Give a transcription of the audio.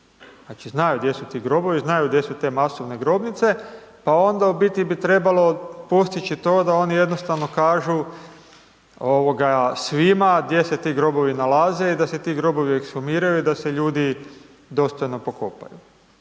znaju gdje su ti grobovi, znaju gdje su te masovne grobnice, pa onda u biti bi trebalo postići to da oni jednostavno kažu svima gdje se ti grobovi nalaze i da se ti grobovi ekshumiraju i da se ljudi dostojno pokopaju.